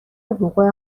وقوع